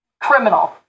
criminal